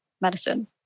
medicine